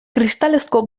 kristalezko